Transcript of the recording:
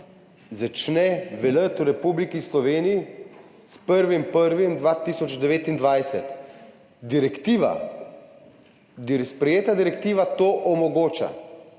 začne veljati v Republiki Sloveniji s 1. 1. 2029. Direktiva, sprejeta direktiva to omogoča.